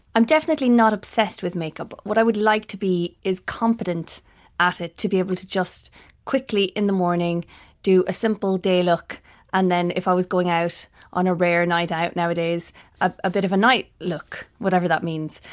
um definitely not obsessed with makeup. what i would like to be is competent at it, to be able to just quickly in the morning do a simple day look and then if i was going out on a rare night out nowadays a a bit of a night look, whatever that means.